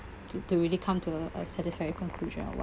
to to really come to a a satisfactory conclusion on why